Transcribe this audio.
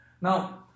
Now